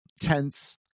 tense